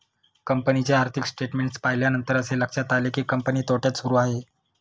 कंपनीचे आर्थिक स्टेटमेंट्स पाहिल्यानंतर असे लक्षात आले की, कंपनी तोट्यात सुरू आहे